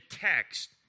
text